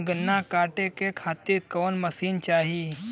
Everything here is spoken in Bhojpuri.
गन्ना कांटेके खातीर कवन मशीन चाही?